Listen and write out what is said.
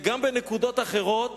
זה גם בנקודות אחרות